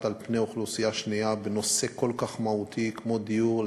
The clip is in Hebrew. על פני אוכלוסייה שנייה בנושא כל כך מהותי כמו דיור,